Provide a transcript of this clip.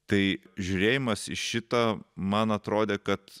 tai žiūrėjimas į šitą man atrodė kad